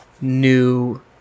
new